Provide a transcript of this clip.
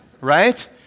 right